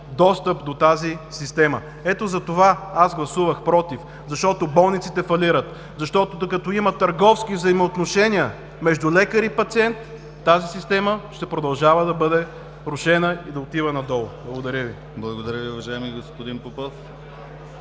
достъп до тази система. Ето затова гласувах „против“ – защото болниците фалират, защото докато има търговски взаимоотношения между лекар и пациент, тази система ще продължава да бъде рушена и да отива надолу. Благодаря Ви.